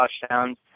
touchdowns